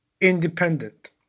independent